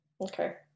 Okay